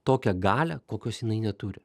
tokią galią kokios jinai neturi